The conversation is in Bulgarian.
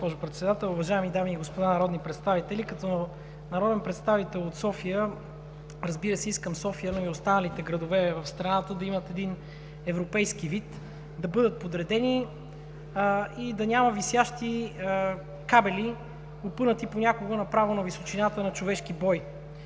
Председател. Уважаеми дами и господа народни представители! Като народен представител от София, разбира се, искам София, но и останалите градове в страната да имат европейски вид, да бъдат подредени и да няма висящи кабели, опънати понякога направо на височината на човешки бой.